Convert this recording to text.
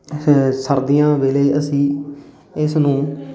ਸਰਦੀਆਂ ਵੇਲੇ ਅਸੀਂ ਇਸ ਨੂੰ